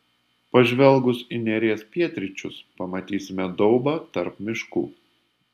pažvelgus į neries pietryčius pamatysime daubą tarp miškų